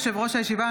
27 בעד, 49 נגד.